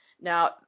Now